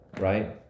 right